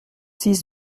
six